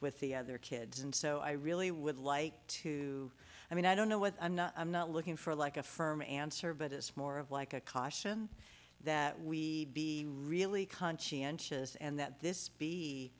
with the other kids and so i really would like to i mean i don't know what i'm not looking for like a firm answer but it's more of like a caution that we really conscientious and that this be